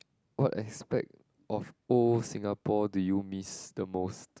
what aspect of old Singapore do you miss the most